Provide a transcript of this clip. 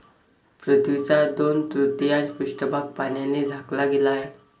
पृथ्वीचा दोन तृतीयांश पृष्ठभाग पाण्याने झाकला गेला आहे